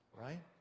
right